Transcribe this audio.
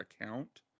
account